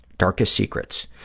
darkest secrets.